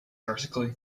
vertically